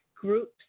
groups